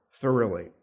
thoroughly